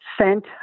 sent